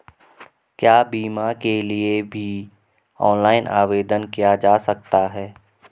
क्या बीमा के लिए भी ऑनलाइन आवेदन किया जा सकता है?